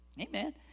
Amen